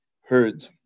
heard